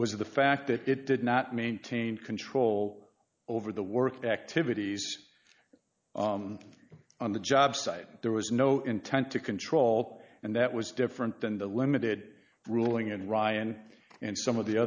was the fact that it did not maintain control over the work activities on the jobsite there was no intent to control and that was different than the limited ruling and ryan and some of the